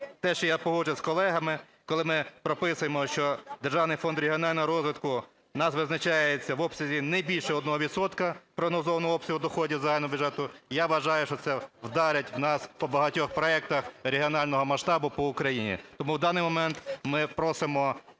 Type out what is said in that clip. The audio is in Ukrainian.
Те, що я погоджуюсь з колегами, коли ми прописуємо, що Державний фонд регіонального розвитку в нас визначається не більше 1 відсотка прогнозованого обсягу доходів загального бюджету, я вважаю, що це вдарить нас по багатьох проектах регіонального масштабу по Україні. Тому в даний момент ми просимо